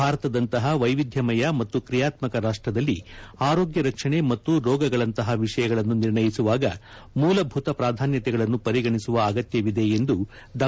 ಭಾರತದಂತಹ ವೈವಿಧ್ಯಮಯ ಮತ್ತು ಕ್ರಿಯಾತ್ಮಕ ರಾಷ್ಟದಲ್ಲಿ ಆರೋಗ್ಯ ರಕ್ಷಣೆ ಮತ್ತು ರೋಗಗಳಂತಹ ವಿಷಯಗಳನ್ನು ನಿರ್ಣಯಿಸುವಾಗ ಮೂಲಭೂತ ಪ್ರಾಧಾನ್ಯತೆಗಳನ್ನು ಪರಿಗಣಿಸುವ ಅಗತ್ಯವಿದೆ ಎಂದು ಡಾ